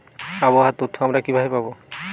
আবহাওয়ার তথ্য আমরা কিভাবে পাব?